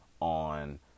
on